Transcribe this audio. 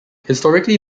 historically